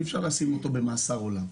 אי אפשר לשים אותו במאסר עולם.